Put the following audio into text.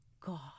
God